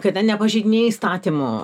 kada nepažeidinėja įstatymų